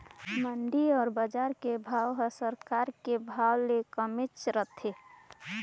मंडी अउ बजार के भाव हर सरकार के भाव ले कमेच रथे